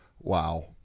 Wow